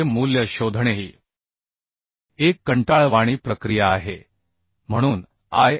चे मूल्य शोधणे ही एक कंटाळवाणी प्रक्रिया आहे म्हणून आय